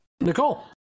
nicole